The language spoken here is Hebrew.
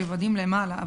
ברבדים למעלה,